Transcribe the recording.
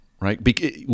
right